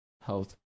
health